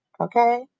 okay